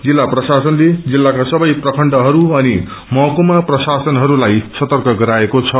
जिल्ला प्रशासनले जिल्लाका सबै प्रखण्डहरू अनि महकुमा प्रशासनहरूलाई सतर्क गराएको छ